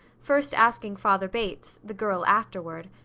first asking father bates, the girl afterward.